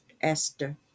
Esther